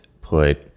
put